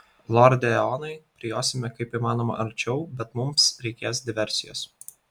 lorde eonai prijosime kaip įmanoma arčiau bet mums reikės diversijos